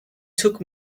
took